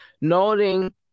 noting